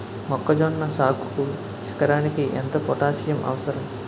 మొక్కజొన్న సాగుకు ఎకరానికి ఎంత పోటాస్సియం అవసరం?